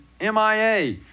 MIA